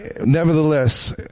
nevertheless